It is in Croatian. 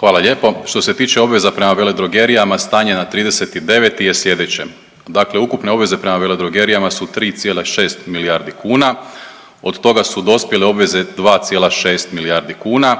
Hvala lijepo. Što se tiče obveza prema veledrogerijama stanje na 30.9. je sljedeće: dakle ukupne obveze prema veledrogerijama su 3,6 milijardi kuna, od toga su dospjele obveze 2,6 milijardi kuna,